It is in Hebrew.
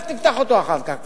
ולך תפתח אותו אחר כך.